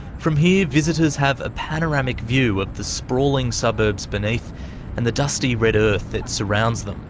from here, visitors have a panoramic view of the sprawling suburbs beneath and the dusty red earth that surrounds them,